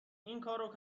اینکارو